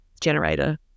generator